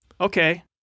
Okay